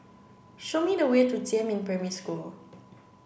show me the way to Jiemin Primary School